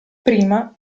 prima